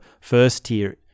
first-tier